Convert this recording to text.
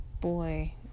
boy